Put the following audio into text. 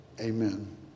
Amen